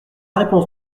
réponse